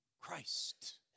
Christ